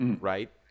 Right